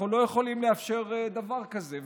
אנחנו לא יכולים לאפשר דבר כזה.